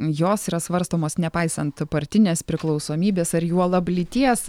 jos yra svarstomos nepaisant partinės priklausomybės ar juolab lyties